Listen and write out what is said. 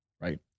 right